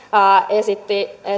esitti